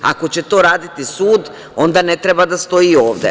Ako će to raditi sud, onda ne treba da stoji ovde.